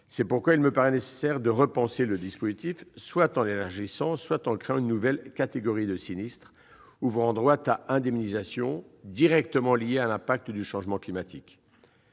C'est pourquoi il me paraît nécessaire de repenser le dispositif, soit en l'élargissant, soit en créant une nouvelle catégorie de sinistres ouvrant droit à indemnisation, directement liés à l'impact du changement climatique.